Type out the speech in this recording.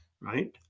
Right